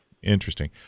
Interesting